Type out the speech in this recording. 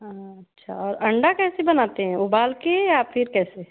अच्छा और अंडा कैसे बनाते हैं उबाल कर या फिर कैसे